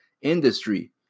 industry